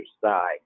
side